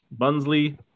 Bunsley